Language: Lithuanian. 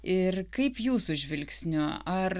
ir kaip jūsų žvilgsniu ar